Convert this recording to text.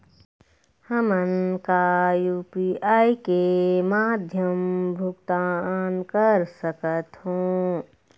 हमन का यू.पी.आई के माध्यम भुगतान कर सकथों?